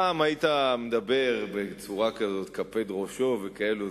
פעם היית מדבר בצורה כזאת, "קפד ראשו" וכאלה.